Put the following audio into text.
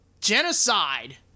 Genocide